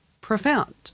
profound